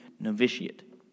novitiate